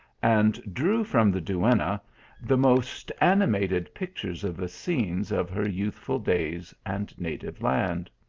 and drew from the duenna the most animated pictures of the scenes of her youthful days and native land.